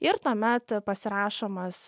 ir tuomet pasirašomas